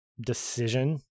decision